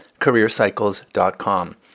careercycles.com